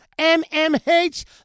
MMH